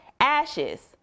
ashes